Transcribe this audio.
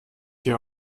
hier